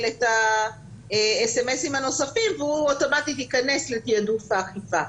את האס.אמ.אסים הנוספים והוא אוטומטית ייכנס לתעדוף האכיפה.